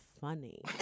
funny